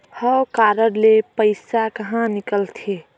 हव कारड ले पइसा कहा निकलथे?